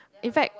in fact